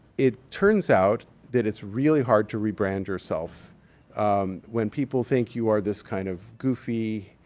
it turns out that it's really hard to rebrand yourself when people think you are this kind of goofy,